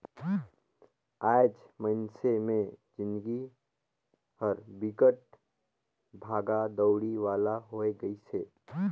आएज मइनसे मे जिनगी हर बिकट भागा दउड़ी वाला होये गइसे